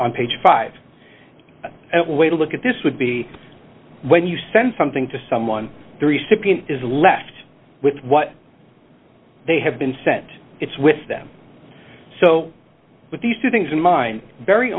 on page fifty one way to look at this would be when you send something to someone is left with what they have been sent it's with them so with these two things in mind very